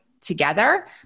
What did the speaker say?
together